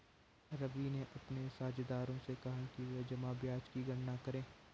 रवि ने अपने साझेदारों से कहा कि वे जमा ब्याज की गणना करें